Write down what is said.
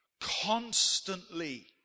constantly